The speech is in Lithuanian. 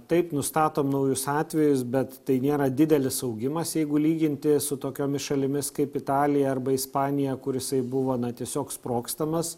taip nustatom naujus atvejus bet tai nėra didelis augimas jeigu lyginti su tokiomis šalimis kaip italija arba ispanija kur jisai buvo tiesiog sprogstamas